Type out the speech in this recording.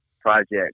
project